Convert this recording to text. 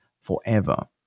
forever